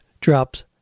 drops